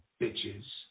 bitches